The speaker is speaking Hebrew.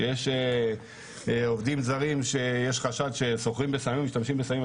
כשיש עובדים זרים שיש חשד שהם סוחרים בסמים או משתמשים בסמים,